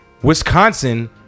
wisconsin